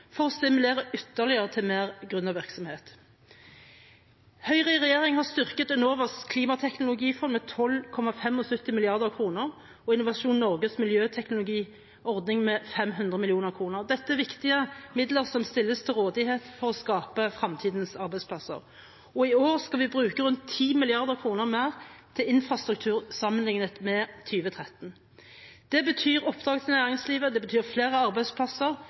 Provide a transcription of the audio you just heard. for å stimulere ytterligere til mer gründervirksomhet. Høyre i regjering har styrket Enovas klimateknologifond med 12,75 mrd. kr og Innovasjon Norges miljøteknologiordning med 500 mill. kr. Dette er viktige midler som stilles til rådighet for å skape fremtidens arbeidsplasser. I år skal vi bruke rundt 10 mrd. kr mer til infrastruktur sammenlignet med 2013. Det betyr oppdrag til næringslivet, flere arbeidsplasser i anleggsbransjen, og det betyr